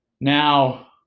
Now